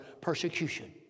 persecution